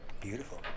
beautiful